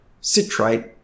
citrate